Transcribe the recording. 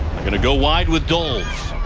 going to go wide with doles.